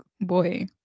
boy